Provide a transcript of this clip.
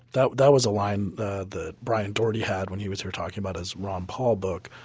that that was a line that brian doherty had when he was here talking about his ron paul book.